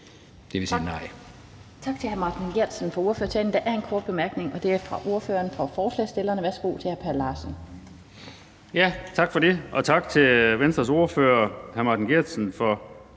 Det vil sige,